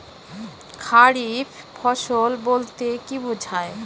খারিফ ফসল বলতে কী বোঝায়?